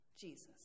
Jesus